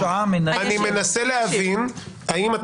אתה שעה --- אני מנסה להבין האם את